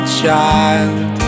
child